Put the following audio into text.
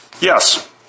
Yes